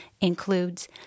includes